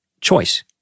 choice